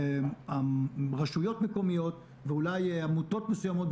לרשויות המקומיות ואולי עמותות מסוימות,